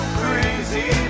crazy